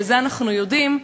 ואת זה אנחנו יודעים,